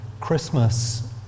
Christmas